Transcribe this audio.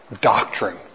doctrine